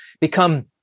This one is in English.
become